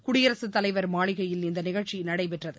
குடியரசுத் தலைவர் மாளிகையில் இந்த நிகழ்ச்சி நடைபெற்றது